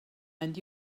and